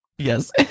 Yes